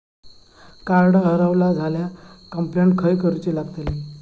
Card हरवला झाल्या complaint खय करूची लागतली?